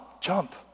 jump